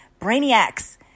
brainiacs